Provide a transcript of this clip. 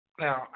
Now